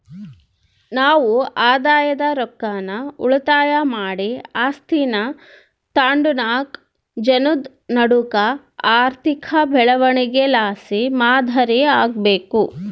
ನಾವು ಆದಾಯದ ರೊಕ್ಕಾನ ಉಳಿತಾಯ ಮಾಡಿ ಆಸ್ತೀನಾ ತಾಂಡುನಾಕ್ ಜನುದ್ ನಡೂಕ ಆರ್ಥಿಕ ಬೆಳವಣಿಗೆಲಾಸಿ ಮಾದರಿ ಆಗ್ಬಕು